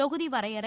தொகுதி வரையறை